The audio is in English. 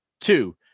two